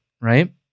right